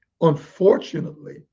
unfortunately